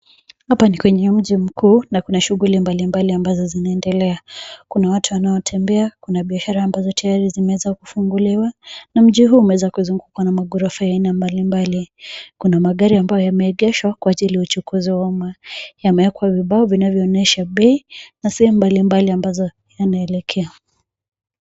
Hapa ni kwenye mji mkuu na kuna shughuli mbalimbali ambazo zinaendelea. Kuna watu wanaotembea ,kuna biashara ambazo tayari zimeweza kufunguliwa na mji huu unazungukwa na maghorofa ya aina mbalimbali. Kuna magari ambayo yameegeshwa kwa ajili ya uchukuzi wa umma. Yamewekwa vibao vinavyoonyesha bei na sehemu mbalimbali ambazo yanaelekea.